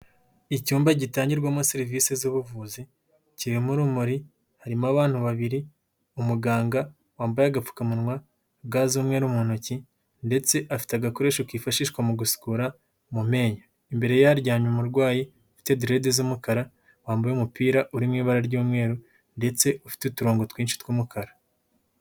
Icyumba gitangirwamo serivisi z'ubuvuzi, kirimo urumuri, harimo abana babiri, umuganga wambaye agapfukamunwa, ga z'umweru mu ntoki ndetse afite agakoresho kifashishwa mu gusukura mu menyo. Imbere ye haryamye umurwayi, ufite derede z'umukara, wambaye umupira uri mu ibara ry'umweru ndetse ufite uturongo twinshi tw'umukara.,